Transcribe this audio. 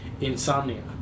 Insomnia